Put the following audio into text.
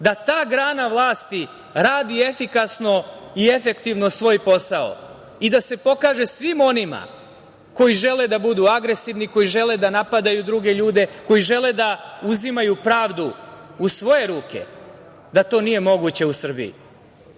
da ta grana vlasti radi efikasno i efektivno svoj posao i da se pokaže svim onima koji žele da budu agresivni, koji žele da napadaju druge ljude, koji žele da uzimaju pravdu u svoje ruke, da to nije moguće u Srbiji? Taj